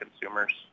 consumers